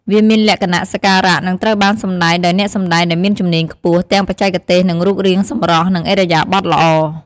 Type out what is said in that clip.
វាមានលក្ខណៈសក្ការៈ និងត្រូវបានសម្តែងដោយអ្នកសម្តែងដែលមានជំនាញខ្ពស់ ទាំងបច្ចេកទេស និងរូបរាងសម្រស់ និងឥរិយាបថល្អ។